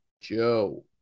Joe